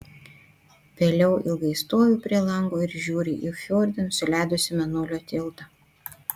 vėliau ilgai stoviu prie lango ir žiūriu į fjorde nusileidusį mėnulio tiltą